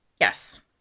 Yes